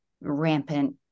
rampant